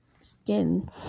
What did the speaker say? skin